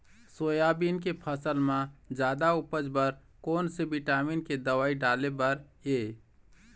Soybean के फसल म जादा उपज बर कोन से विटामिन के दवई डाले बर ये?